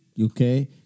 okay